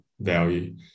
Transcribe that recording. value